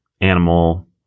animal